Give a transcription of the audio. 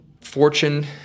Fortune